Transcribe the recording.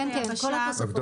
כן, כן, כל התוספות.